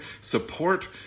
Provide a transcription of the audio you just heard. support